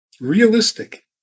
realistic